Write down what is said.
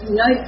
no